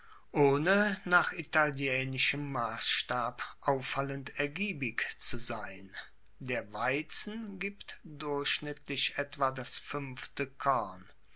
ohne nach italienischem massstab auffallend ergiebig zu sein der weizen gibt durchschnittlich etwa das fuenfte korn